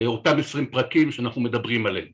אותם 20 פרקים שאנחנו מדברים עליהם.